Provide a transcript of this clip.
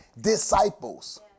disciples